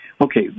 Okay